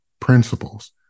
Principles